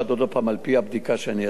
על-פי הבדיקה שאני עשיתי,